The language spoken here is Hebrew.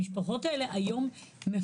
המשפחות הללו מפורקות.